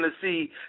Tennessee